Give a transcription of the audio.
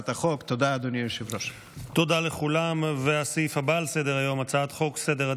אני קובע כי הצעת חוק דחיית מועדים